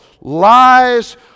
lies